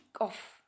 off